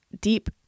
deep